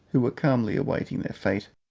who were calmly awaiting their fate,